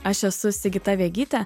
aš esu sigita vegytė